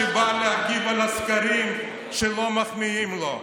שבא להגיב על הסקרים שלא מחמיאים לו.